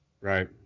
Right